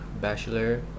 bachelor